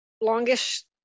longish